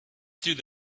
through